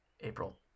April